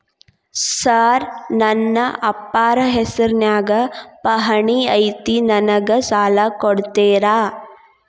Sir ನನ್ನ ಅಪ್ಪಾರ ಹೆಸರಿನ್ಯಾಗ್ ಪಹಣಿ ಐತಿ ನನಗ ಸಾಲ ಕೊಡ್ತೇರಾ?